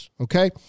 okay